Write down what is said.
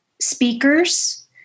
speakers